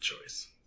choice